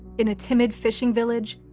in a timid fishing village,